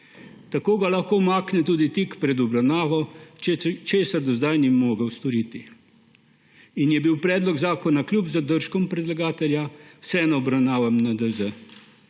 Tako ga lahko umakne tudi tik pred obravnavo, česar do zdaj ni mogel storiti in je bil predlog zakona kljub zadržkom predlagatelja vseeno obravnavan